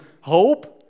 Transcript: hope